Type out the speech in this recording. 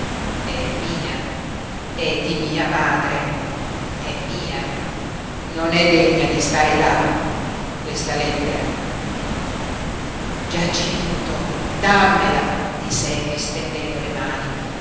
è mia è di mia madre è mia non è degna di stare là questa lettera giacinto dammela disse efix stendendo le mani